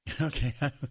Okay